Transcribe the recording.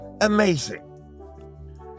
Amazing